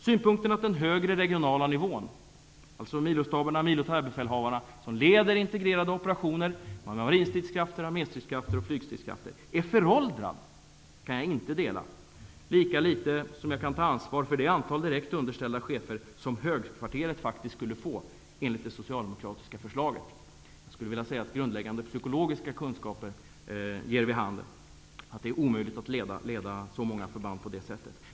Synpunkten att den högre regionala nivån -- alltså milostaberna och militärbefälhavarna, som leder integrerade operationer av marinstridskrafter, arméstridskrafter och flygstridskrafter -- är föråldrad kan jag inte dela, lika litet som jag kan ta ansvar för det antal direkt underställda chefer som högkvarterat faktiskt skulle få enligt det socialdemokratiska förslaget. Jag skulle vilja säga att grundläggande psykologiska kunskaper ger vid handen att det är omöjligt att leda så många förband på det sättet.